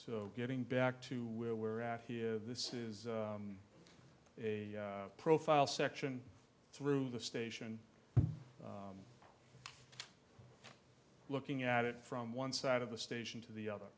so getting back to where we're at here this is a profile section through the station looking at it from one side of the station to the other